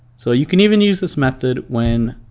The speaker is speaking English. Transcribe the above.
so you can even use this method when